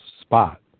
spot